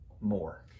more